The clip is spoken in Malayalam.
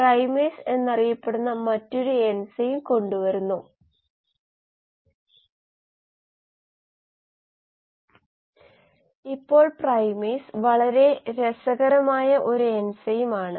അതിനാൽ ഞാൻ ഇതിനെ എക്സ്ട്രാ സെല്ലുലാർ മെറ്റബോളിറ്റുകളെ പ്രതിനിധീകരിക്കുന്ന ഒരു മാട്രിക്സായും ഇൻട്രാ സെല്ലുലാർ മെറ്റബോളിറ്റുകളെ പ്രതിനിധീകരിക്കുന്ന ഒരു മാട്രിക്സായും എടുക്കുന്നു